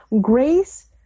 Grace